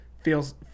feels